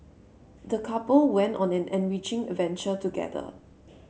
the couple went on an enriching adventure together